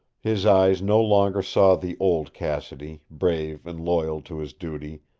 his eyes no longer saw the old cassidy, brave and loyal to his duty,